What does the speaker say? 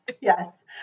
yes